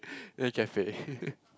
and cafe